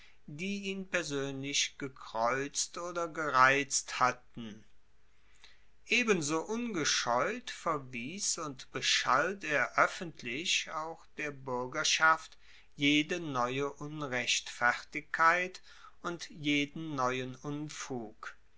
die ihn persoenlich gekreuzt oder gereizt hatten ebenso ungescheut verwies und beschalt er oeffentlich auch der buergerschaft jede neue unrechtfertigkeit und jeden neuen unfug